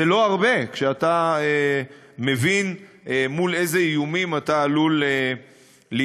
זה לא הרבה כשאתה מבין מול אילו איומים אתה עלול להתמודד.